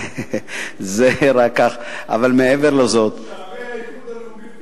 אבל מעבר לזאת, שערי האיחוד הלאומי פתוחים.